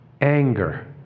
anger